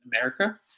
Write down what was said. America